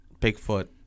Bigfoot